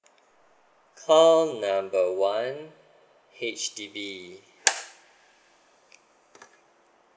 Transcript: call number one H_D_B